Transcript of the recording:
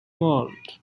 world